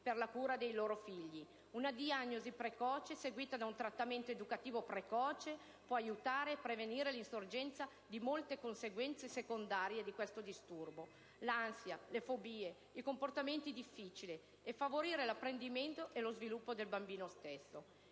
per la cura dei figli. Una diagnosi precoce, seguita da un trattamento educativo precoce, può aiutare a prevenire l'insorgenza di molte conseguenze secondarie di questo disturbo (quali ansia cronica, fobie e comportamenti difficili) e favorire l'apprendimento e lo sviluppo del bambino.